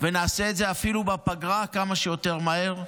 ונעשה את זה אפילו בפגרה, כמה שיותר מהר.